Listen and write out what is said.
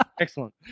Excellent